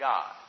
God